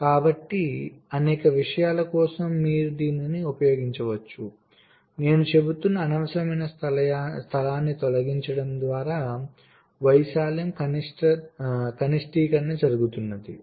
కాబట్టి అనేక విషయాల కోసం మీరు దీన్ని ఉపయోగించవచ్చు నేను చెబుతున్న అనవసరమైన స్థలాన్ని తొలగించడం ద్వారా వైశాల్యం కనిష్టీకరణ జరుగుతుంది